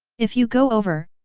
if you go over,